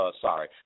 sorry